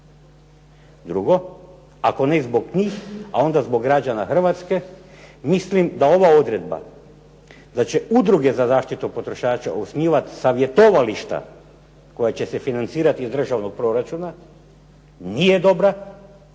Drugo, ako ne zbog njih, a onda zbog građana Hrvatske mislim da ova odredba da će udruge za zaštitu potrošača osnivati savjetovališta koja će se financirati iz državnog proračuna nije dobra,